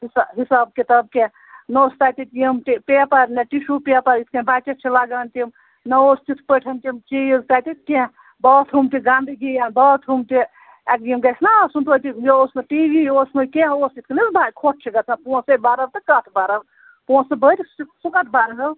حِسا حِساب کِتاب کیٚنٛہہ نَہ اوس تَتہِ یِم تہِ پیپَر نہٕ ٹِشوٗ پیپَر یِتھ کَنۍ بَچَس چھِ لگان تِم نَہ اوس تِتھ پٲٹھ تِم چیٖز تَتہِ کیٚنٛہہ باتھ روٗم تہِ گنٛدٕگیٖیَن باتھ روٗم تہِ اَدٕ یِم گژھِ نہ آسُن تویتہِ یہِ اوس نہٕ ٹی وی اوس نہٕ کیٚنٛہہ اوس یِتھ کَنۍ حظ بہ خۄش چھِ گژھان پونٛسہٕ ہَے بَرو کَتھ بَرو پونٛسہٕ بٔرۍ سُہ سُہ کَتھ بَرہَو